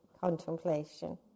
contemplation